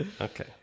Okay